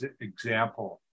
example